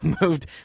Moved